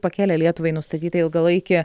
pakėlė lietuvai nustatytą ilgalaikį